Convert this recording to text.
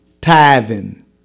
tithing